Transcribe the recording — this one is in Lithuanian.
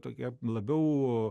tokia labiau